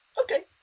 okay